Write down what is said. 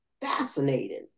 fascinating